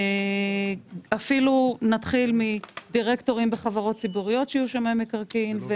אפילו נתחיל מדירקטורים בחברות ציבוריות שיהיו שמאי מקרקעין,